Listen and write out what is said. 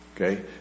Okay